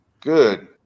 Good